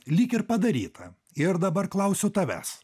lyg ir padaryta ir dabar klausiu tavęs